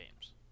games